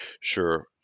Sure